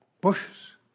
bushes